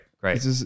Great